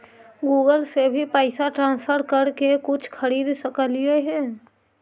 Google से भी पैसा ट्रांसफर कर के कुछ खरिद सकलिऐ हे?